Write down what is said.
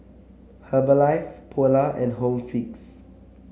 Herbalife Polar and Home Fix